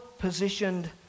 positioned